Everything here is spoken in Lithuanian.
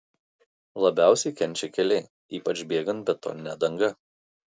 labiausiai kenčia keliai ypač bėgant betonine danga